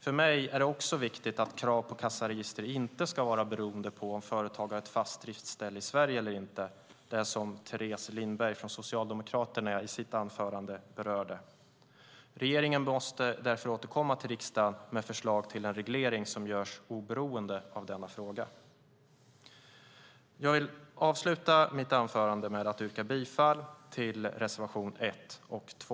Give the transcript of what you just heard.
För mig är det också viktigt att krav på kassaregister inte ska vara beroende av om företag har ett fast driftställe i Sverige eller inte, som Teres Lindberg från Socialdemokraterna berörde i sitt anförande. Regeringen måste därför återkomma till riksdagen med förslag till en reglering som görs oberoende av denna fråga. Jag vill avsluta mitt anförande med att yrka bifall till reservationerna 1 och 2.